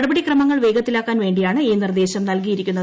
നടപടി ക്രമങ്ങൾ വേഗത്തിലാക്കാൻ വേണ്ടിയാണ് ഈ നിർദ്ദേശം നൽകിയിരിക്കുന്നത്